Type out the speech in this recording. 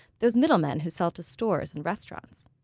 those middle men who sell to stores and restaurants.